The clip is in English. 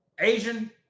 Asian